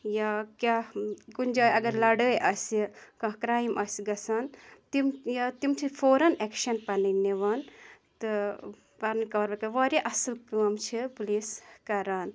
یا کیٛاہ کُنہِ جاے اگر لَڑٲے آسہِ کانٛہہ کرٛایم آسہِ گژھان تِم یا تِم چھِ فوراً ایٚکشَن پَنٕنۍ نِوان تہٕ پَنٕنۍ کاروٲیی واریاہ اَصٕل کٲم چھِ پُلیٖس کَران